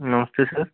नमस्ते सर